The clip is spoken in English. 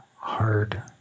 hard